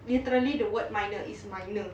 literally the word minor is minor